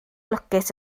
lwcus